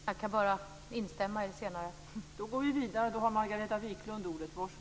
Fru talman! Jag kan bara instämma i det senare.